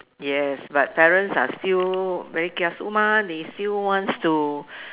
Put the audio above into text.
yes but parents are still very kiasu ah they still wants to